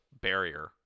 barrier